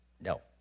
No